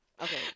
okay